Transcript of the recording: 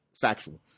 factual